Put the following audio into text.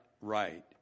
right